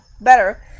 better